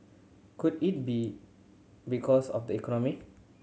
could it be because of the economy